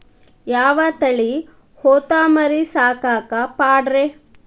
ಯಾವ ತಳಿ ಹೊತಮರಿ ಸಾಕಾಕ ಪಾಡ್ರೇ?